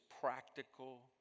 practical